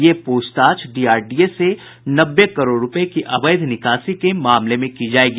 ये पूछताछ डीआरडीए से नब्बे करोड़ रूपये की अवैध निकासी के मामले में की जायेगी